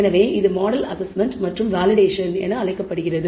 எனவே இது மற்றும் வேலிடேஷன் என்று அழைக்கப்படுகிறது